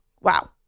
Wow